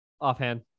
Offhand